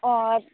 ᱚ